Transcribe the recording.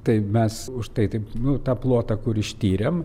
taip mes už tai taip nu tą plotą kur ištyrėm